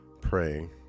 praying